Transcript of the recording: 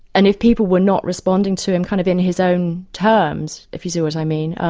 and if people were not responding to. and kind of in his own terms, if you see what i mean, ah